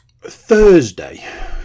Thursday